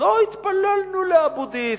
לא התפללנו לאבו-דיס.